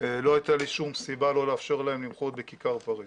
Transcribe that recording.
לא הייתה לי שום סיבה לא לאפשר להם למחות בכיכר פריז.